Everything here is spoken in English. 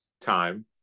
time